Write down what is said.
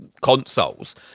consoles